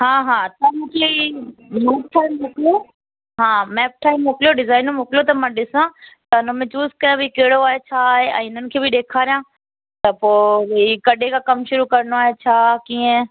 हा हा तव्हां मूंखे नोट करे मोकिलियो हा मैप ठाहे मोकिलियो डिज़ाइन मोकिलियो त मां ॾिसां त उन में चूस कयां भाई कहिड़ो आहे छा आहे ऐं हिननि खे बि ॾेखारियां त पोइ हीउ कॾहिं खां कमु शुरू करिणो आहे छा कीअं